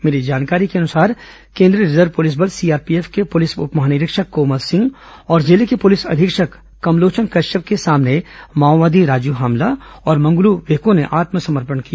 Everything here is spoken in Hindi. मिली जानकारी के अनुसार केंद्रीय रिजर्व पुलिस बल सीआरपीएफ के पुलिस उपमहानिरीक्षक कोमल सिंह और जिले के पुलिस अधीक्षक कमलोचन कश्यप के सामने माओवादी राजू हमला और मंगलू वेको ने आत्मसमर्पण किया